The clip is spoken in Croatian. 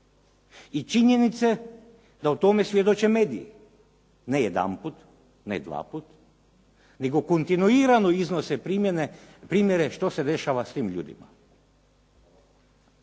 I činjenice da o tome svjedoče mediji, ne jedanput, ne dvaput, nego kontinuirano iznose primjere što se dešava svim ljudima.